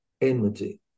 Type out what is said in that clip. enmity